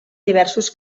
diversos